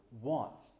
wants